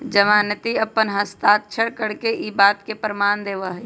जमानती अपन हस्ताक्षर करके ई बात के प्रमाण देवा हई